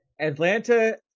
Atlanta